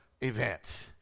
events